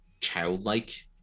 childlike